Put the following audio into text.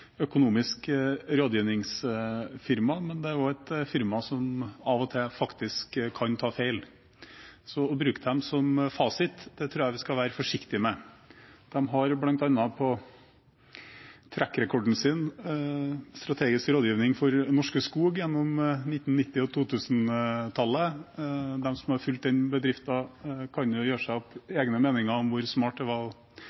et firma som av og til faktisk kan ta feil, så å bruke dem som fasit tror jeg vi skal være forsiktige med. De har bl.a. på sin «track record» strategisk rådgivning for Norske Skog gjennom 1990- og 2000-tallet. De som har fulgt den bedriften, kan jo gjøre seg opp